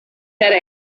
setting